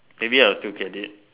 maybe a few get it